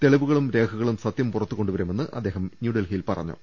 തെളിവുകളും രേഖകളും സത്യം പുറത്തു കൊണ്ടുവരുമെന്ന് അദ്ദേഹം ന്യൂഡൽഹിയിൽ പറ ഞ്ഞു